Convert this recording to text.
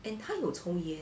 but 他有抽烟